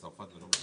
את הנוסח כבר נתאם.